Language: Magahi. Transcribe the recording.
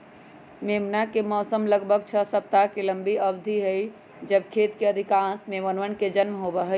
मेमना के मौसम लगभग छह सप्ताह के लंबी अवधि हई जब खेत के अधिकांश मेमनवन के जन्म होबा हई